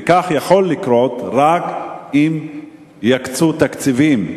וכך יכול לקרות רק אם יקצו תקציבים,